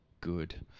good